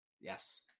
Yes